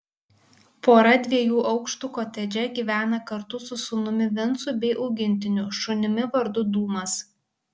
pora dviejų aukštų kotedže gyvena kartu su sūnumi vincu bei augintiniu šunimi vardu dūmas